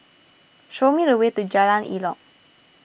show me the way to Jalan Elok